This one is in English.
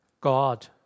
God